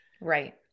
Right